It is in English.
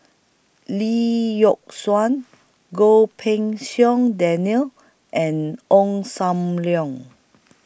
Lee Yock Suan Goh Pei Siong Daniel and Ong SAM Leong